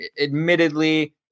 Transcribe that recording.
admittedly